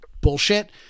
bullshit